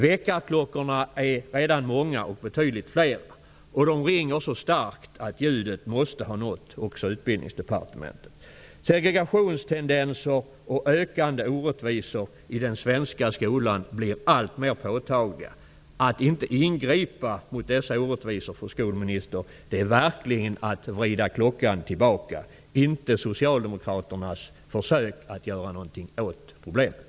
Väckarklockorna är redan många och ringer så starkt att ljudet måste ha nått också Utbildningsdepartementet. Segregationstendenser och ökande orättvisor i den svenska skolan blir alltmer påtagliga. Att inte ingripa mot dessa orättvisor, fru skolminister, är verkligen att vrida klockan tillbaka, inte Socialdemokraternas försök att göra någonting åt problemen.